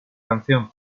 canción